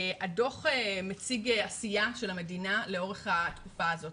הדו"ח מציג עשייה של המדינה לאורך התקופה הזאת.